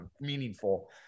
meaningful